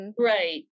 right